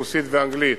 רוסית ואנגלית